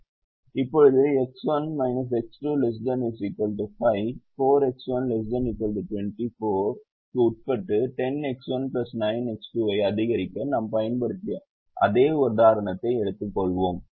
இப்போது X1 X2 ≤ 5 4 X1 ≤ 24 க்கு உட்பட்டு 10X1 9X2 ஐ அதிகரிக்க நாம் பயன்படுத்திய அதே உதாரணத்தை எடுத்துக்கொள்வோம்